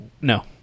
No